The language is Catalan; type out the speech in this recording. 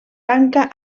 tanca